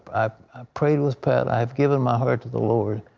i prayed with pat. i have given my heart to the lord.